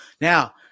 Now